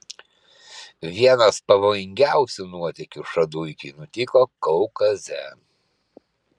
vienas pavojingiausių nuotykių šaduikiui nutiko kaukaze